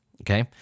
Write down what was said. Okay